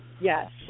Yes